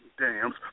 dams